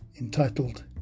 entitled